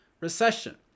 recession